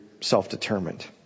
self-determined